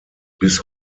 bis